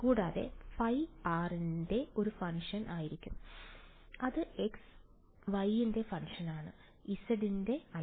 കൂടാതെ ϕ r ന്റെ ഒരു ഫംഗ്ഷൻ ആയിരിക്കും അത് xy ന്റെ ഫംഗ്ഷനാണ് z ൻറെ അല്ല